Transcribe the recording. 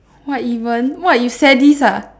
what even !wah! you sadist ah